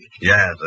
Yes